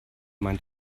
mein